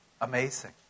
Amazing